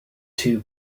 two